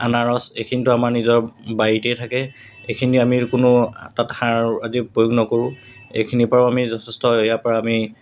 আনাৰস এইখিনিতো আমাৰ নিজৰ বাৰীতেই থাকে এইখিনি আমি কোনো তাত সাৰ আদি প্ৰয়োগ নকৰোঁ এইখিনিৰপৰাও আমি যথেষ্ট ইয়াৰপৰা আমি